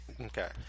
Okay